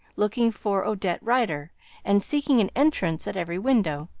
looking for odette rider and seeking an entrance at every window.